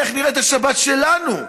איך נראית השבת שלנו.